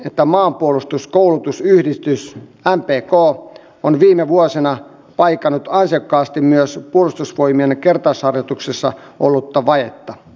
hallitus on tehnyt syksyn aikana maahanmuuttopoliittisia linjauksia kotouttamispoliittisen toimenpideohjelman ja joulukuussa turvapaikkapoliittiset linjaukset